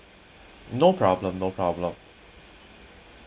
no problem no problem